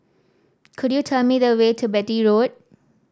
could you tell me the way to Beatty Road